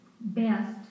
best